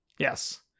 Yes